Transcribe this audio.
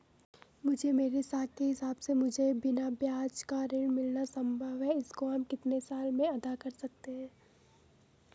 मुझे मेरे साख के हिसाब से मुझे बिना ब्याज का ऋण मिलना संभव है इसको हम कितने साल में अदा कर सकते हैं?